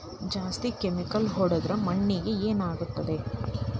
ಜಾಸ್ತಿ ಕೆಮಿಕಲ್ ಹೊಡೆದ್ರ ಮಣ್ಣಿಗೆ ಏನಾಗುತ್ತದೆ?